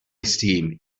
esteem